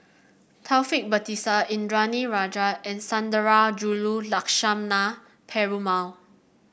Taufik Batisah Indranee Rajah and Sundarajulu Lakshmana Perumal